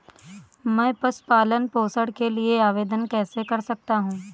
मैं पशु पालन पोषण के लिए आवेदन कैसे कर सकता हूँ?